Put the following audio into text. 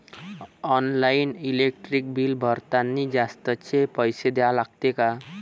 Online electric bill भरतानी जास्तचे पैसे द्या लागते का?